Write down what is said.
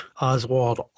Oswald